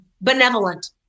benevolent